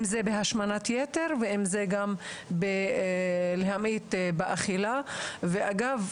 אם זה בהשמנת יתר ואם זה גם להמעיט באכילה ואגב,